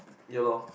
ya